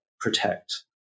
protect